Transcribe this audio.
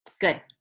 Good